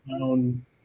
own